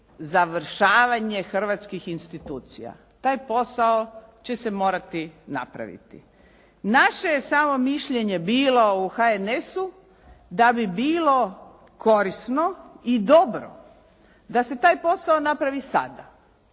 završavanje hrvatskih institucija. Taj posao će se morati napraviti. Naše je samo mišljenje bilo u HNS-u da bi bilo korisno i dobro da se taj posao napravi sada.